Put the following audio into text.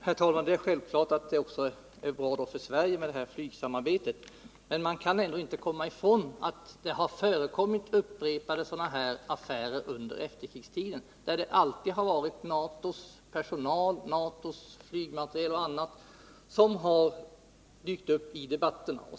Herr talman! Det är självklart att det också för Sverige är bra med detta flygsamarbete, men man kan ändå inte komma ifrån att det har förekommit upprepade sådana här affärer under efterkrigstiden, där det alltid varit NATO:s personal, NATO:s flygmateriel och annat som har dykt upp i debatterna.